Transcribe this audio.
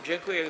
Dziękuję.